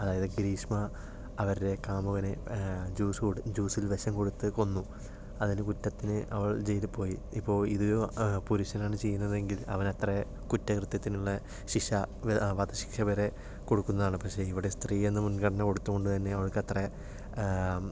അതായത് ഗ്രീഷ്മ അവരുടെ കാമുകനെ ജ്യൂസ് കൊട് ജ്യൂസിൽ വിഷം കൊടുത്ത് കൊന്നു അതിന് കുറ്റത്തിന് അവൾ ജയിലിൽ പോയി ഇപ്പോൾ ഇത് പുരുഷനാണ് ചെയ്യുന്നതെങ്കിൽ അവൻ അത്ര കുറ്റകൃത്യത്തിന് ഉള്ള ശിക്ഷാ വധശിക്ഷ വരെ കൊടുക്കുന്നതാണ് പക്ഷേ ഇവിടെ സ്ത്രീയെന്ന മുൻഗണന കൊടുത്തുകൊണ്ട് തന്നെ അവൾക്ക് അത്ര